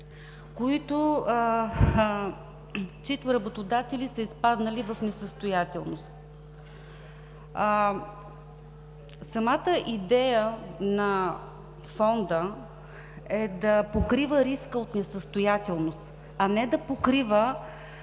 чийто работодатели са изпаднали в несъстоятелност. Самата идея на Фонда е да покрива риска от несъстоятелност, а не да покрива